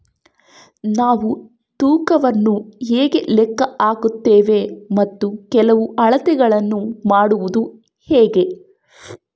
ನಾವು ತೂಕವನ್ನು ಹೇಗೆ ಲೆಕ್ಕ ಹಾಕುತ್ತೇವೆ ಮತ್ತು ಕೆಲವು ಅಳತೆಗಳನ್ನು ಮಾಡುವುದು ಹೇಗೆ?